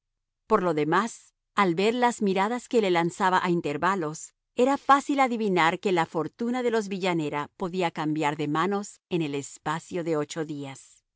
por lo demás al ver las miradas que le lanzaba a intervalos era fácil adivinar que la fortuna de los villanera podía cambiar de manos en el espacio de ocho días